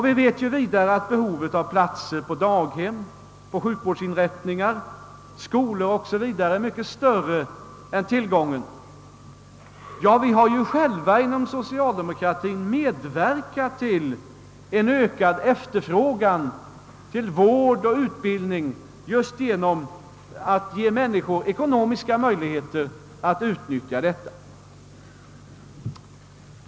Vi vet vidare att behovet av platser på daghem, sjukvårdsinrättningar, skolor o. s. v. är mycket större än tillgången. Ja, vi har själva inom socialdemokratien medverkat till en ökad efterfrågan på vård och utbildning genom att ge människorna ekonomiska möjligheter att utnyttja tjänsterna på dessa områden.